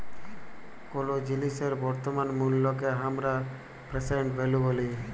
কোলো জিলিসের বর্তমান মুল্লকে হামরা প্রেসেন্ট ভ্যালু ব্যলি